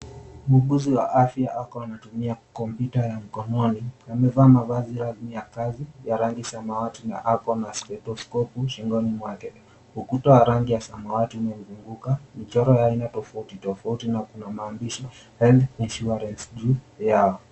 Muuguzi wa afya ako anatumia kompyuta ya mkononi, amevaa mavazi yake ya kazi ya rangi samawati na ako na stetoscope shingoni mwake. Ukuta wa rangi ya samawati umemzunguka, michoro ya aina tofauti tofauti na kuna maandishi health insurance juu yao.